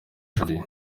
janvier